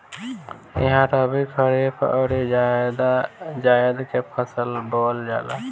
इहा रबी, खरीफ अउरी जायद के फसल बोअल जाला